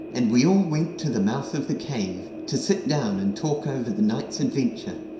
and we all went to the mouth of the cave, to sit down and talk over the night's adventure,